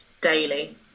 daily